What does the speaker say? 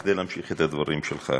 כדי להמשיך את הדברים שלך,